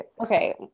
Okay